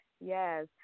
Yes